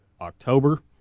October